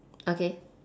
okay